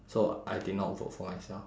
so I did not vote for myself